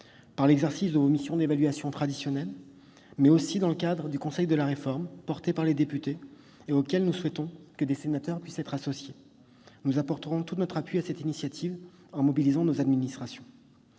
par l'exercice de vos missions d'évaluation traditionnelles, mais aussi par le Conseil de la réforme porté par les députés et auquel nous souhaitons que des sénateurs puissent être associés. Nous apporterons tout notre appui à cette initiative en mobilisant nos administrations.